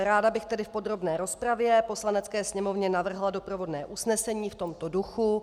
Ráda bych tedy v podrobné rozpravě Poslanecké sněmovně navrhla doprovodné usnesení v tomto duchu.